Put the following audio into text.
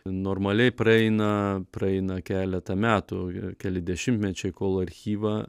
normaliai praeina praeina keleta metų ir keli dešimtmečiai kol archyvą